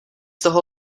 toho